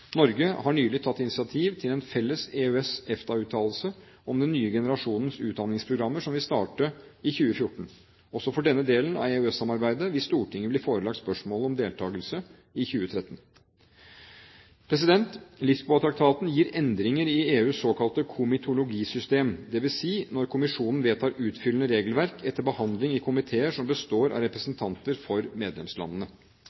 Norge har nylig tatt initiativ til en felles EØS/EFTA-uttalelse om den nye generasjonen utdanningsprogrammer som vil starte i 2014. Også for denne delen av EØS-samarbeidet vil Stortinget bli forelagt spørsmålet om deltakelse i 2013. Lisboa-traktaten gir endringer i EUs såkalte komitologisystem, dvs. når kommisjonen vedtar utfyllende regelverk etter behandling i komiteer som består av